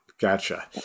gotcha